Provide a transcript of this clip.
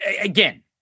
Again